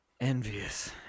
Envious